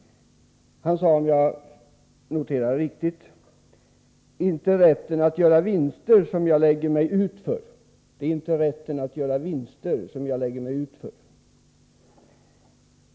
Han sade, om jag noterade det riktigt: Det är inte rätten att göra vinster som jag lägger mig ut för.